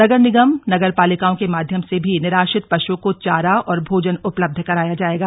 नगर निगमनगर पालिकाओं के माध्यम से भी निराश्रित पशुओं को चारा और भोजन उपलब्ध कराया जाएगा